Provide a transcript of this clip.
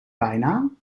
bijnaam